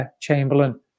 Chamberlain